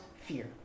fear